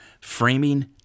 framing